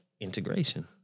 integration